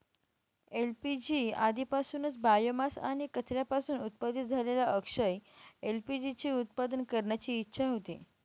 LPG आधीपासूनच biomass आणि कचऱ्यापासून उत्पादित झालेल्या अक्षय एल.पी.जी चे उत्पादन करण्याची इच्छा होती